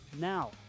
Now